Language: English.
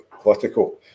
political